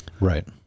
Right